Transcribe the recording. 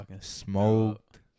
Smoked